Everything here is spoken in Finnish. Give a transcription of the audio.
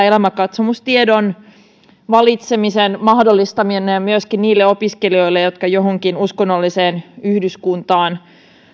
elämänkatsomustiedon valitsemisen mahdollistaminen myöskin niille opiskelijoille jotka johonkin uskonnolliseen yhdyskuntaan